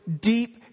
deep